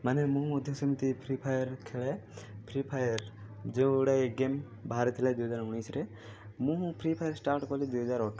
ମାନେ ମୁଁ ମଧ୍ୟ ସେମିତି ଫ୍ରି ଫାୟାର୍ ଖେଳେ ଫ୍ରି ଫାୟାର୍ ଯେଉଁ ଗୁଡ଼ା ଏଇ ଗେମ୍ ବାହାରିଥିଲା ଦୁଇହଜାର ଉଣେଇଶରେ ମୁଁ ଫ୍ରି ଫାୟାର୍ ଷ୍ଟାର୍ଟ କଲି ଦୁଇହଜାର ଅଠର